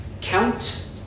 count